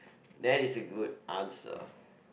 that is a good answer